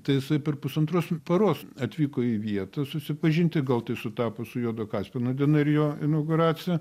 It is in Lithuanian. tai jisai per pusantros paros atvyko į vietą susipažinti gal tai sutapo su juodo kaspino diena ir jo inauguracija